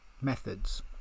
methods